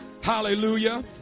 Hallelujah